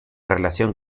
relación